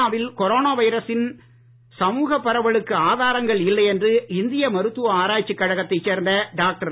India வில் corona வைரசின் சமூகப் பரவலுக்கு ஆதாரங்கள் இல்லை என்று இந்திய மருத்துவ ஆராய்ச்சிக் கழகத்தைச் சேர்ந்த டாக்டர்